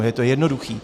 Je to jednoduché.